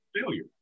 failure